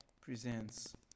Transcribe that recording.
presents